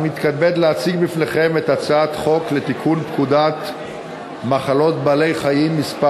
אני מתכבד להציג בפניכם את הצעת חוק לתיקון פקודת מחלות בעלי-חיים (מס'